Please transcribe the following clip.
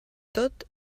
tot